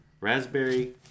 raspberry